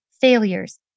failures